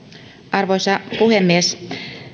arvoisa puhemies